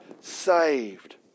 saved